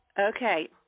Okay